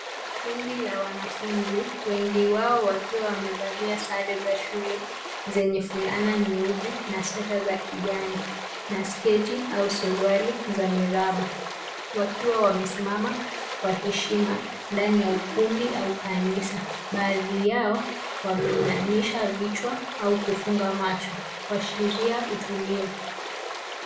Kundi la wanafunzi wengi wao wakiwa wamevalia sare za shule zenye fulana nyeupe na sweta za kijani na sketi au suruali za miraba wakiwa wamesimama kwa heshima ndani ya ukumbi au kanisa. Baadhi ya wamehinamisha vichwa na kufunga macho kuashiria utulivu.